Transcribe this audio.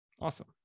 Awesome